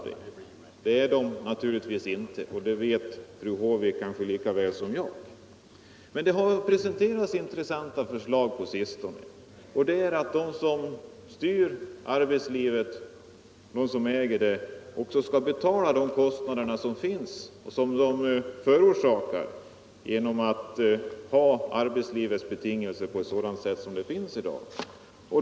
Det är de naturligtvis inte, och det vet fru Håvik lika väl som jag. Men det har presenterats intrassanta förslag på sistone, nämligen att de som styr arbetslivet skall betala de kostnader som de förorsakar genom att uppsätta sådana villkor för arbetslivet som det finns i dag.